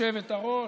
גברתי היושבת-ראש,